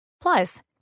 Plus